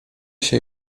się